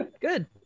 good